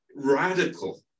radical